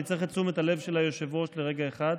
אני צריך את תשומת הלב של היושב-ראש לרגע אחד.